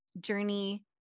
journey